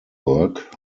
work